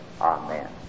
Amen